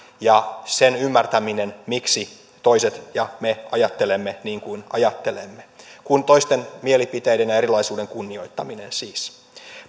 ja sen ymmärtäminen miksi toiset ja me ajattelemme niin kuin ajattelemme kuin toisten mielipiteiden ja erilaisuuden kunnioittaminen siis